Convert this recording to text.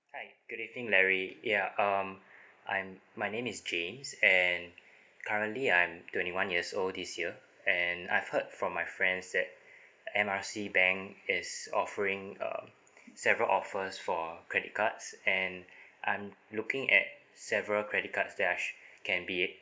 hi good evening larry ya um I'm my name is james and currently I'm twenty one years old this year and I heard from my friends that M R C bank is offering uh several offers for credit cards and I'm looking at several credit cards that can be